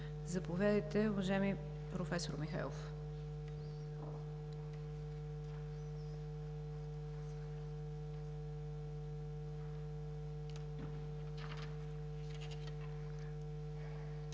Заповядайте, уважаеми професор Михайлов.